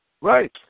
Right